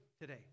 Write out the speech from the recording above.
today